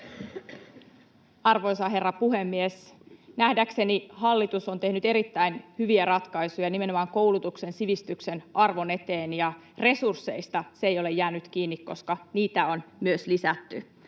Arvoisa herra puhemies! Nähdäkseni hallitus on tehnyt erittäin hyviä ratkaisuja nimenomaan koulutuksen ja sivistyksen arvon eteen, ja resursseista se ei ole jäänyt kiinni, koska niitä on myös lisätty,